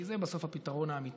כי זה בסוף הפתרון האמיתי,